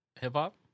hip-hop